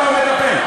למה הוא מטפל?